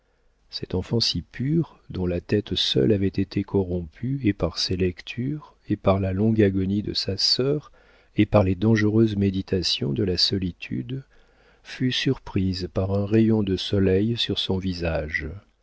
cette enfant si pure dont la tête seule avait été corrompue et par ses lectures et par la longue agonie de sa sœur et par les dangereuses méditations de la solitude fut surprise par un rayon de soleil sur son visage